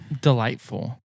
delightful